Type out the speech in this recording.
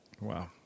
Wow